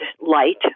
light